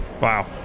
Wow